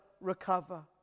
recover